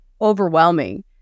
overwhelming